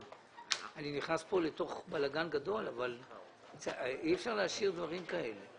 אני נכנס כאן לתוך בלגן גדול אבל אי אפשר להשאיר דברים כאלה.